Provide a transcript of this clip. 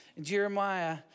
Jeremiah